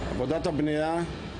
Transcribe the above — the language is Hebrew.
עלינו.